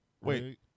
Wait